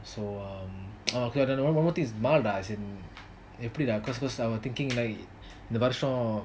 so um okay one one one more thing is mall lah cause cause I was thinking இந்த வருஷம்:intha varusam